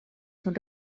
son